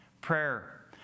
Prayer